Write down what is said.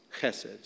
chesed